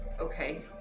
Okay